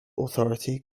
authority